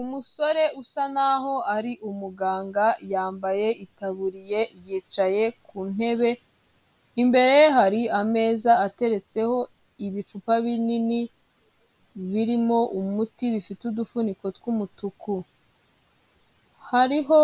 Umusore usa naho ari umuganga yambaye itaburiye yicaye ku ntebe, imbere ye hari ameza ateretseho ibipfupa binini birimo umuti bifite udufuniko tw'umutuku. Hariho